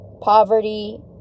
poverty